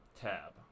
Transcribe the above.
Tab